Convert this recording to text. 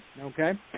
okay